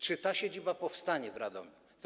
Czy ta siedziba powstanie w Radomiu?